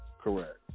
Correct